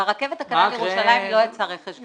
ברכבת הקלה בירושלים לא יצא רכש גומלין.